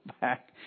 back